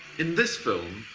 in this film,